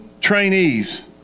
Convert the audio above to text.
trainees